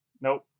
Nope